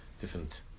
different